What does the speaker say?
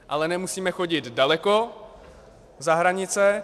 Ale nemusíme chodit daleko za hranice.